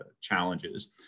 challenges